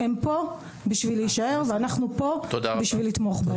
הם פה בשביל להישאר, ואנחנו פה בשביל לתמוך בהם.